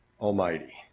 Almighty